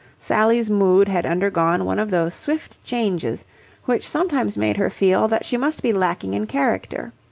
sally's mood had undergone one of those swift changes which sometimes made her feel that she must be lacking in character.